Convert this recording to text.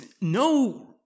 no